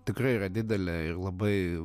tikrai yra didelė ir labai